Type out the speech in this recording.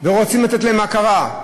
ורוצים לתת להם הכרה.